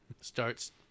starts